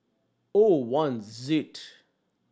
O one ZEAD